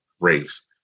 race